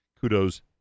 Kudos